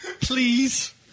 Please